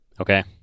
Okay